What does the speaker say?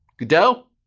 godot?